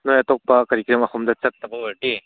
ꯅꯣꯏ ꯑꯇꯣꯞꯄ ꯀꯔꯤ ꯀꯔꯤ ꯃꯐꯝꯗ ꯆꯠꯇꯕ ꯑꯣꯏꯔꯗꯤ